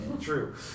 true